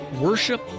worship